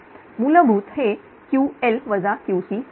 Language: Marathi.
मूलभूत हे Ql QC बनेल